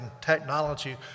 technology